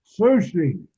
sushi